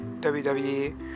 wwe